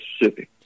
Mississippi